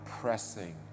pressing